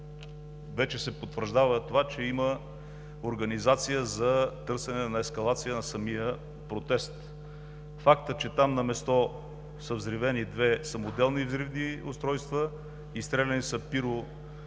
вече се потвърждава това, че има организация за търсене на ескалация на самия протест. Фактът, че на място са взривени две самоделни взривни устройства, изстреляни са